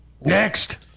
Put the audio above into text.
Next